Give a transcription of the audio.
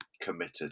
committed